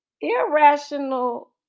irrational